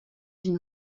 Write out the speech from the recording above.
une